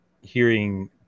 hearing